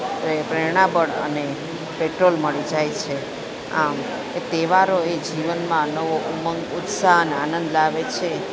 કોઈએ પ્રેરણાબળ અને પેટ્રોલ મળી જાય છે આમ એ તહેવારએ જીવનમાં નવો ઉમંગ ઉત્સાહ અને આનંદ લાવે છે